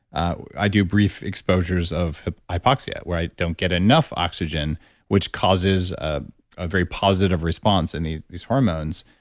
i do brief exposures of hypoxia where i don't get enough oxygen which causes a ah very positive response in these these hormones.